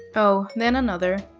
oh, then another.